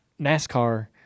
nascar